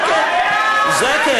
זה כן.